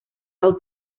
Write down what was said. del